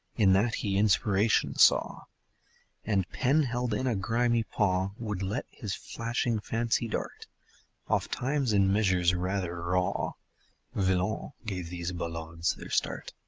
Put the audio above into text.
in that he inspiration saw and, pen held in a grimy paw would let his flashing fancy dart ofttimes in measures rather raw villon gave these ballades their start.